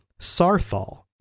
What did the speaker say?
Sarthal